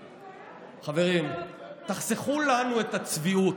חברים, תחסכו לנו את הצביעות,